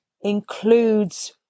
includes